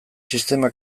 sistema